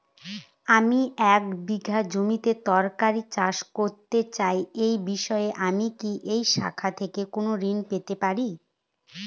আমি এক বিঘা জমিতে তরিতরকারি চাষ করতে চাই এই বিষয়ে আমি কি এই শাখা থেকে কোন ঋণ পেতে পারি?